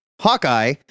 Hawkeye